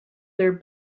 their